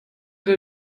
der